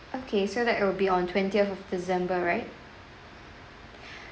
okay so that it will be on twentieth of december right